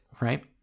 right